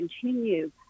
continue